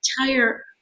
entire